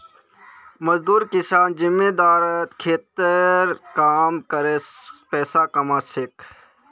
मजदूर किसान जमींदारेर खेतत काम करे पैसा कमा छेक